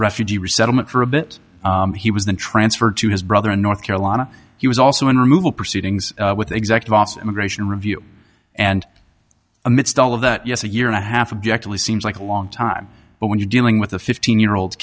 refugee resettlement for a bit he was then transferred to his brother in north carolina he was also in removal proceedings with the exact vos immigration review and amidst all of that yes a year and a half objectless seems like a long time but when you're dealing with a fifteen year old